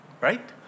right